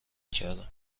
کردم